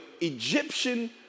Egyptian